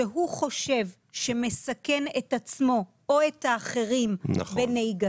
שהוא חושב שמסכן את עצמו או את האחרים בנהיגתו,